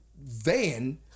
van